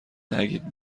نگید